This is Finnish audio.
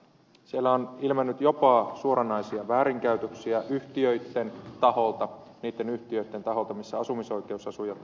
siellä on ilmennyt jopa suoranaisia väärinkäytöksiä niitten yhtiöitten taholta missä asumisoikeus asujat asuvat